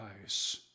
eyes